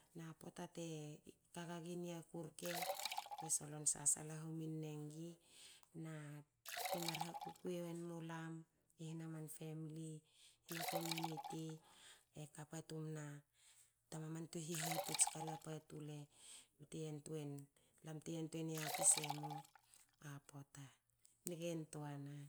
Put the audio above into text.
Na te mar hakukwi wen mulam rke, a kue solon sasala hominue ngi